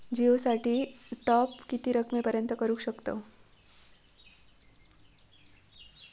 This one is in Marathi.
जिओ साठी टॉप किती रकमेपर्यंत करू शकतव?